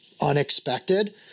unexpected